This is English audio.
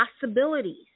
possibilities